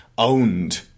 Owned